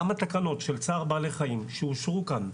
גם בתקנות של צער בעלי חיים שאושרו כאן,